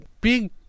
big